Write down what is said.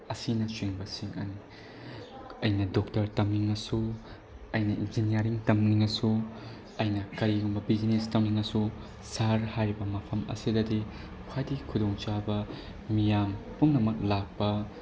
ꯑꯁꯤꯅꯆꯤꯡꯕꯁꯤꯡ ꯑꯁꯤꯅꯤ ꯑꯩꯅ ꯗꯣꯛꯇꯔ ꯇꯝꯅꯤꯡꯂꯁꯨ ꯑꯩꯅ ꯏꯟꯖꯤꯅꯤꯌꯥꯔꯤꯡ ꯇꯝꯅꯤꯡꯉꯁꯨ ꯑꯩꯅ ꯀꯔꯤꯒꯨꯝꯕ ꯕꯤꯖꯤꯅꯦꯁ ꯇꯧꯅꯤꯡꯉꯁꯨ ꯁꯍꯔ ꯍꯥꯏꯔꯤꯕ ꯃꯐꯝ ꯑꯁꯤꯗꯗꯤ ꯈ꯭ꯋꯥꯏꯗꯒꯤ ꯈꯨꯗꯣꯡ ꯆꯥꯕ ꯃꯤꯌꯥꯝ ꯄꯨꯝꯅꯃꯛ ꯂꯥꯛꯄ